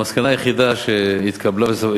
המסקנה היחידה שהתקבלה בסוף,